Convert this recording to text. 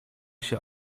się